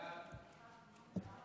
הודעת הממשלה על